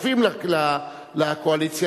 שותפים לקואליציה,